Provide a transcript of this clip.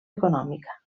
econòmica